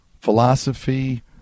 philosophy